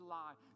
lie